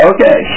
Okay